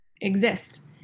exist